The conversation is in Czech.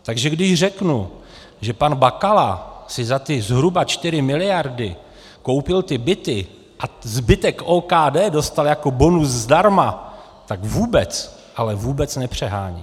Takže když řeknu, že pan Bakala si za ty zhruba 4 mld. koupil ty byty a zbytek OKD dostal jako bonus zdarma, tak vůbec, ale vůbec nepřeháním.